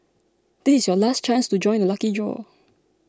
this is your last chance to join the lucky draw